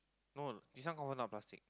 no this one confirm not plastic